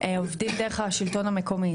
עובדים דרך השלטון המקומי,